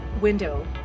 window